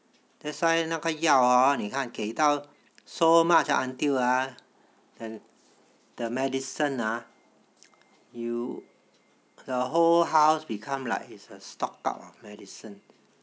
that's why 那个药 hor 你看给到 so much until ah the the medicine uh you the whole house become like is a stock up of medicine